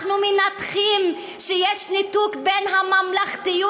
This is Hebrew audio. אנחנו מנתחים שיש ניתוק בין הממלכתיות,